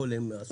הכול הם עשו,